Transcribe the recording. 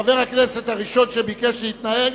חבר הכנסת הראשון שביקש להתנגד